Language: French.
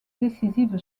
décisive